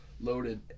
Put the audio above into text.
loaded